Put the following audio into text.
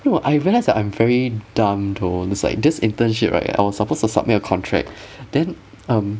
you know I realize that I'm very dumb though there's like this internship right I was supposed to submit a contract then um